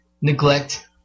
neglect